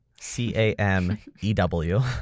C-A-M-E-W